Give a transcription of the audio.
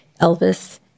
Elvis